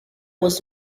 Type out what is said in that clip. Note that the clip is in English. was